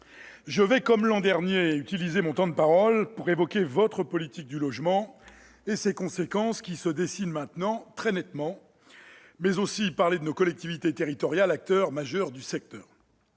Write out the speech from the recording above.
je vais, comme l'an dernier, utiliser mon temps de parole pour évoquer la politique du logement du Gouvernement et ses conséquences, qui se dessinent maintenant très nettement, mais aussi pour parler de nos collectivités territoriales, acteur majeur du secteur.